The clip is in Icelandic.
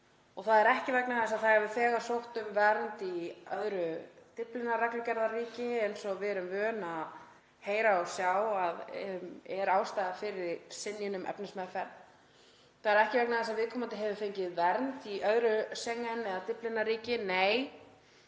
Það er ekki vegna þess að það hafi þegar sótt um vernd í öðru Dyflinnarreglugerðarríki, eins og við erum vön að heyra og sjá að er ástæðan fyrir synjun um efnismeðferð. Það er ekki vegna þess að viðkomandi hafi fengið vernd í öðru Schengen- eða Dyflinnarríki. Nei,